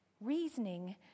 Reasoning